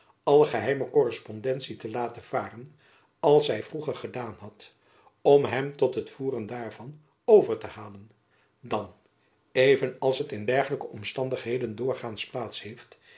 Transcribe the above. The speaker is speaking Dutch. alle geheime correspondentie te laten varen als zy vroeger gedaan had om hem tot het voeren daarvan over te halen dan even als het in dergelijke omjacob van lennep elizabeth musch standigheden doorgaands plaats heeft